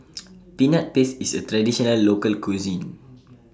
Peanut Paste IS A Traditional Local Cuisine